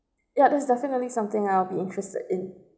yeah this is definitely something I'll be interested in